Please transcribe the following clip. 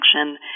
action